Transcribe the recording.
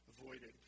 avoided